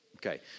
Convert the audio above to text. Okay